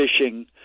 fishing